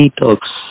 talks